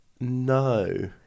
No